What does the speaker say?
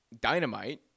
dynamite